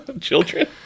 children